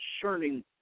concerning